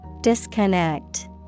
Disconnect